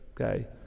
Okay